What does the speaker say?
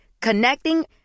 Connecting